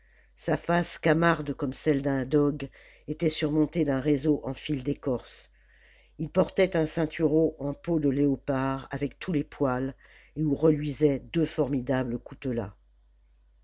sa face camarde comme celle d'un dogue était surmontée d'un réseau en fils décorées il portait un ceinturon en peau de léopard avec tous les poils et où reluisaient deux formidables coutelas